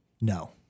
no